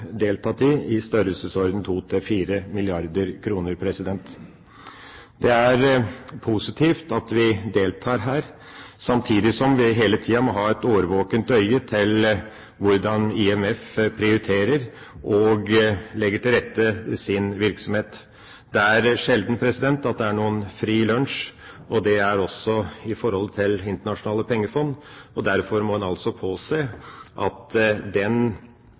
deltatt i, i størrelsesorden 2–4 mrd. kr. Det er positivt at vi deltar her, samtidig som vi hele tida må ha et årvåkent øye med hvordan IMF prioriterer og legger til rette sin virksomhet. Det er sjelden det er noen fri lunsj, og det gjelder også i forhold til Det internasjonale pengefondet. Derfor må en altså påse at den